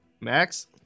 Max